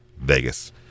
Vegas